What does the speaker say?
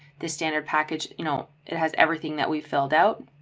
the standard package, you know, it has everything that we filled out.